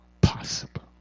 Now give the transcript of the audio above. possible